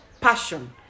passion